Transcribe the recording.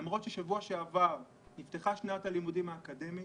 למרות שבשבוע שעברה נפתחה שנת הלימודים האקדמית,